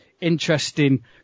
interesting